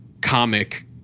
comic